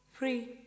free